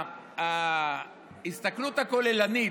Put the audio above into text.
בהסתכלות הכוללנית,